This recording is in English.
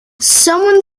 someone